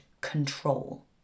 control